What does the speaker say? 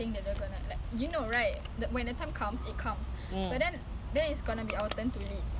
ya ya ya and not saying that we are that good we are not that perfect memang betul kita semua bukan perfect pun